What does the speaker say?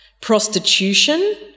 Prostitution